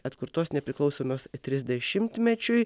atkurtos nepriklausomos trisdešimtmečiui